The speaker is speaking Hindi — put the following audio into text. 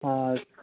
हाँ